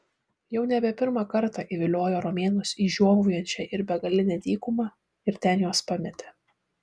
jau nebe pirmą kartą įviliojo romėnus į žiovaujančią ir begalinę dykumą ir ten juos pametė